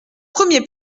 premier